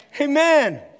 Amen